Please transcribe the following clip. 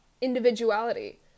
individuality